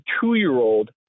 two-year-old